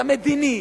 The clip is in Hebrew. המדיני,